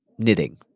Knitting